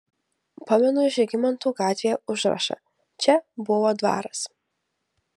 pamenu žygimantų gatvėje užrašą čia buvo dvaras